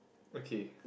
okay